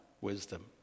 wisdom